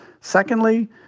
Secondly